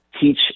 teach